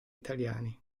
italiani